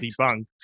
debunked